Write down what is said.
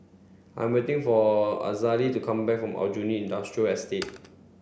I'm waiting for Azalee to come back from Aljunied Industrial Estate